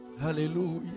Hallelujah